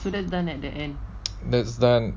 that's done